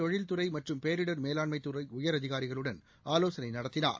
தொழில்துறை மற்றும் பேரிடர் மேலாண்மதுறை உயரதிகாரிகளுடன் ஆலோசனை நடத்தினார்